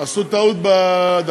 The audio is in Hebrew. עשו טעות בדף.